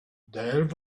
there